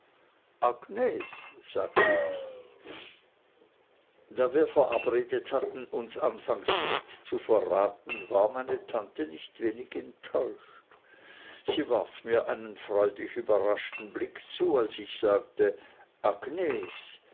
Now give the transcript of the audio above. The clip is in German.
agnes sagte ich da wir verabredet hatten uns anfangs nicht zu verraten war meine tante nicht wenig enttäuscht sie warf mir einen freudig überraschten blick zu als ich sagte agnes